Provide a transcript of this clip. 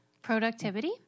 Productivity